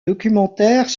documentaire